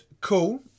cool